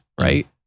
right